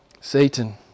Satan